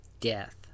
death